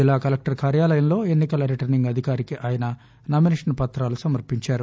జిల్లా కలెక్టర్ కార్యాలయంలో ఎన్నికల రిటర్నింగ్ అధికారికి ఆయన నామినేషన్ పుతాలు సమర్పించారు